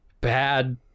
bad